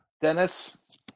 Dennis